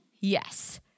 Yes